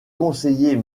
conseiller